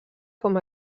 com